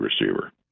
receiver